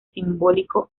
simbólico